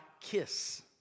kiss